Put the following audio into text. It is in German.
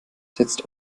setzt